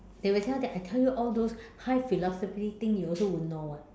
they will tell that I tell you all those high philosophy thing you also won't know [what]